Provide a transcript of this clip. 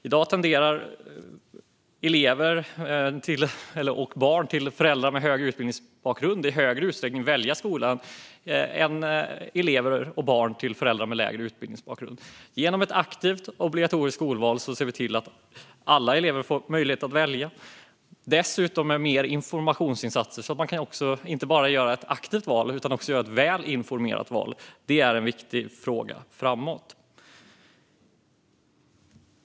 I dag tenderar barn till föräldrar med högre utbildning att i högre grad välja skola än barn till föräldrar med lägre utbildning. Genom ett aktivt och obligatoriskt skolval ser vi till att alla elever får möjlighet att välja. Dessutom är det viktigt med mer informationsinsatser, så att man inte bara kan göra ett aktivt val utan också ett välinformerat val. Det är en viktig fråga framöver.